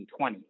2020